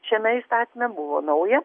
šiame įstatyme buvo nauja